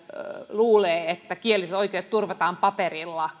luulee että kielelliset oikeudet turvataan paperilla